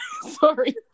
sorry